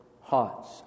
hearts